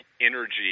energy